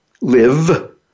live